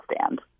stand